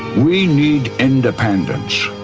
we need independence.